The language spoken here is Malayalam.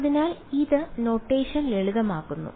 അതിനാൽ ഇത് നൊട്ടേഷൻ ലളിതമാക്കുന്നു